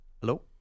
Hello